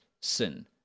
sin